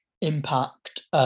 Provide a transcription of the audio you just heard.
impact –